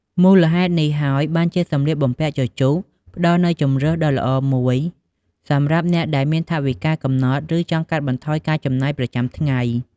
មូលហេតុនេះហើយ បានជាសម្លៀកបំពាក់ជជុះផ្ដល់នូវជម្រើសដ៏ល្អមួយសម្រាប់អ្នកដែលមានថវិកាកំណត់ ឬចង់កាត់បន្ថយការចំណាយប្រចាំថ្ងៃ។